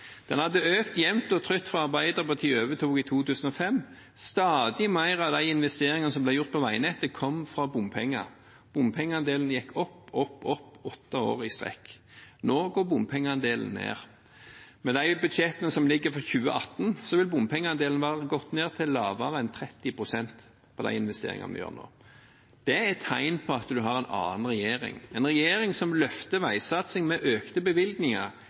Den hadde økt jevnt og trutt fra Arbeiderpartiet – og de andre regjeringspartiene – overtok i 2005. Stadig flere av de investeringene som ble gjort i veinettet, kom fra bompenger. Bompengeandelen gikk opp, opp, opp – åtte år i strekk. Nå går bompengeandelen ned. Med de budsjettene som foreligger for 2018, vil bompengeandelen være gått ned til under 30 pst. i de investeringene vi gjør nå. Det er et tegn på at vi har en annen regjering, en regjering som løfter veisatsing med økte bevilgninger,